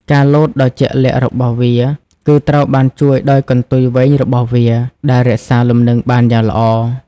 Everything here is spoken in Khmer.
ការលោតដ៏ជាក់លាក់របស់វា គឺត្រូវបានជួយដោយកន្ទុយវែងរបស់វា ដែលរក្សាលំនឹងបានយ៉ាងល្អ។